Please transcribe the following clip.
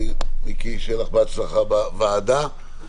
מיקי, שיהיה לך בהצלחה בוועדה.